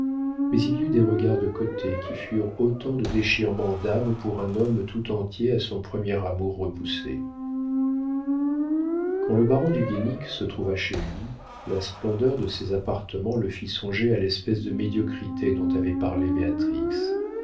mais il y eut des regards de côté qui furent autant de déchirements d'âme pour un homme tout entier à son premier amour repoussé quand le baron du guénic se trouva chez lui la splendeur de ses appartements le fit songer à l'espèce de médiocrité dont avait parlé